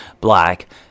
black